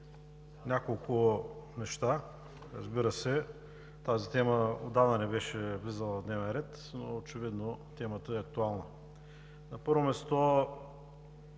няколко неща. Разбира се, тази тема отдавна не беше влизала в дневния ред, но очевидно темата е актуална. На първо място,